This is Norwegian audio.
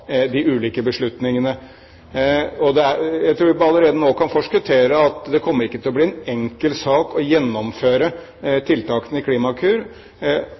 de ulike beslutningene. Jeg tror vi allerede nå kan forskuttere at det ikke kommer til å bli en enkel sak å gjennomføre tiltakene i Klimakur,